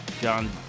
John